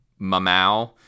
Mamau